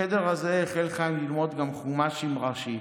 בחיידר הזה החל חיים ללמוד גם חומש עם רש"י.